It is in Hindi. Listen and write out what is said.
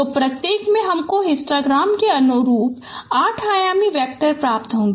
तो प्रत्येक से हमको हिस्टोग्राम के अनुरूप 8 आयामी वैक्टर प्राप्त होगे